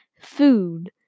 food